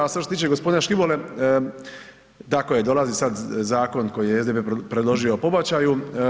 A sada što se tiče gospodina Škibole, tako je dolazi sada zakon koji je SDP-e predložio o pobačaju.